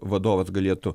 vadovas galėtų